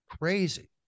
Crazy